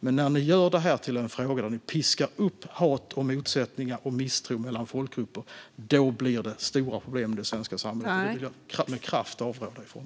Men när ni gör detta till en fråga där ni piskar upp hat, motsättningar och misstro mellan folkgrupper blir det stora problem i det svenska samhället. Det vill jag med kraft avråda från.